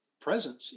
presence